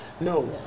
No